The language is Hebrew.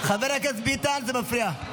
חבר הכנסת ביטן, זה מפריע.